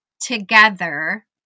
together